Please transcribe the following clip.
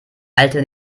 alte